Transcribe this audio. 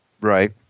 Right